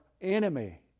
enemy